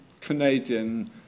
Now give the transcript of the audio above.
Canadian